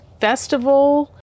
festival